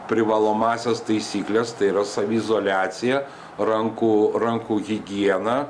privalomąsias taisykles tai yra saviizoliacija rankų rankų higiena